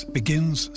begins